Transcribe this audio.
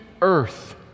earth